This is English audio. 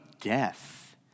death